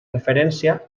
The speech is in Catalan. referència